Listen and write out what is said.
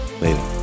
Later